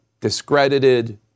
discredited